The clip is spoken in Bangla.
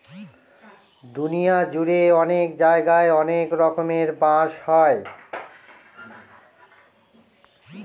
দুনিয়া জুড়ে অনেক জায়গায় অনেক রকমের বাঁশ হয়